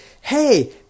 hey